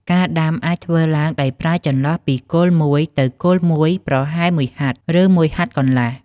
ការដាំអាចធ្វើឡើងដោយប្រើចន្លោះពីគល់មួយទៅគល់មួយប្រហែលមួយហត្ថ ឬមួយហត្ថកន្លះ។